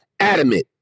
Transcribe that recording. adamant